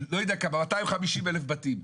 250,000 בתים.